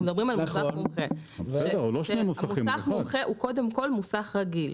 אנחנו מדברים על מוסך מומחה ומוסך מומחה הוא קודם כל מוסך רגיל.